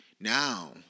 Now